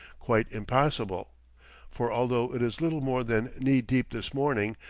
quite impassable for although it is little more than knee-deep this morning,